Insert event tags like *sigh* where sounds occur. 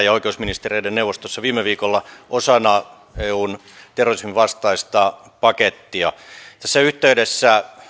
*unintelligible* ja oikeusministereiden neuvostossa viime viikolla osana eun terrorisminvastaista pakettia tässä yhteydessä